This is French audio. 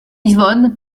yvonne